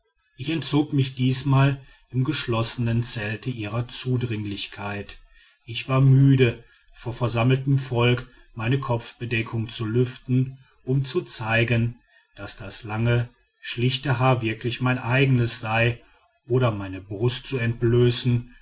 ich entzog mich diesmal im geschlossenen zelt ihrer zudringlichkeit ich war müde vor versammeltem volk meine kopfbedeckung zu lüften um zu zeigen daß das lange schlichte haar wirklich mein eigenes sei oder meine brust zu entblößen